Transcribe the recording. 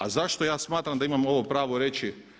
A zašto ja smatram da imam ovo pravo reći?